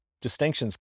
distinctions